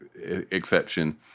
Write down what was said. exception